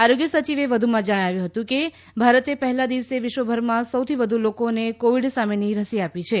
આરોગ્ય સચિવે વધુમાં જણાવ્યું હતું કે ભારતે પહેલા દિવસે વિશ્વભરમાં સૌથી વધુ લોકોને કોવિડ સામેની રસી આપી છે